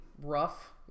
rough